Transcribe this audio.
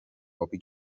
ابی